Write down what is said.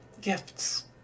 gifts